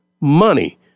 money